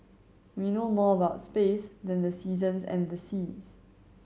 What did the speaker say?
we know more about space than the seasons and the seas